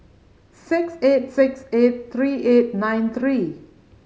six eight six eight three eight nine three